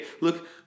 Look